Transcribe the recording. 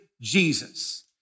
Jesus